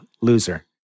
loser